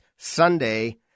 Sunday